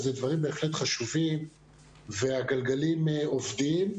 ואלה דברים בהחלט חשובים והגלגלים עובדים,